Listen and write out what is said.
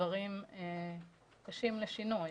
הדברים קשים לשינוי,